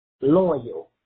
loyal